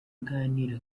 aganira